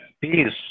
peace